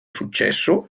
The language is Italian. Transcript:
successo